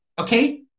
Okay